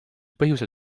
põhjusel